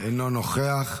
אינו נוכח.